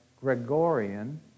Gregorian